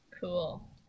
Cool